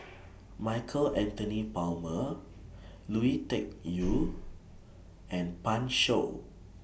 Michael Anthony Palmer Lui Tuck Yew and Pan Shou